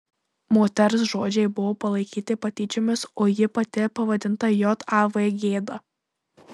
moters žodžiai buvo palaikyti patyčiomis o ji pati pavadinta jav gėda